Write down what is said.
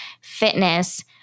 fitness